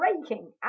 breaking